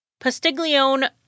Pastiglione